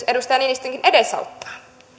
edustaja niinistönkin edesauttaa